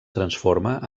transforma